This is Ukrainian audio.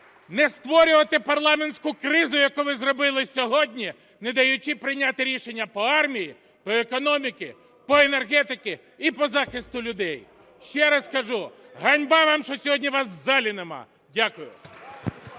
не створювати парламентську кризу, яку ви зробили сьогодні, не даючи прийняти рішення по армії, по економіці, по енергетиці і по захисту людей. Ще раз кажу, ганьба вам, що сьогодні вас в залі нема! Дякую.